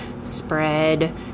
spread